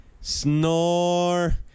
Snore